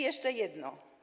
Jeszcze jedno.